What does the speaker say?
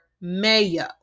mayo